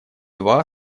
два